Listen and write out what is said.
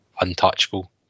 untouchable